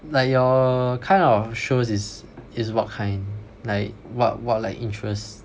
like your kind of shows is is what kind like what what like interest